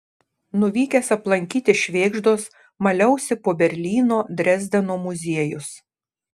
nuvykęs aplankyti švėgždos maliausi po berlyno drezdeno muziejus